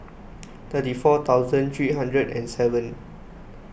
thirty four thousand three hundred and seven